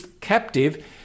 captive